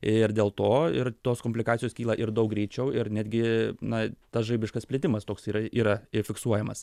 ir dėl to ir tos komplikacijos kyla ir daug greičiau ir netgi na tas žaibiškas plitimas toks yra yra ir fiksuojamas